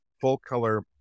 full-color